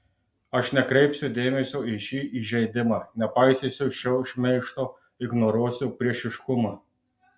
aš nekreipsiu dėmesio į šį įžeidimą nepaisysiu šio šmeižto ignoruosiu priešiškumą